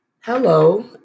Hello